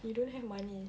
you don't have money